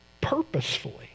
purposefully